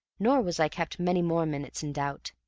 nor was i kept many more minutes in doubt.